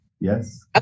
Yes